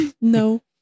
No